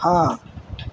ہاں